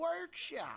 Workshop